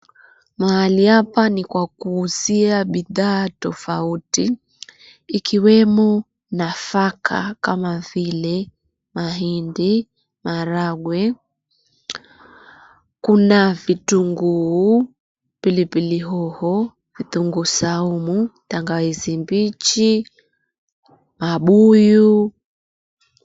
Mahali hapa ni pa kuuzia bidhaa tofauti ikiwemo nafaka kama vile mahindi, maharagwe. Kuna vitungu, pilipili hoho, kitungu saumu, tangawizi mbichi, mabuyu.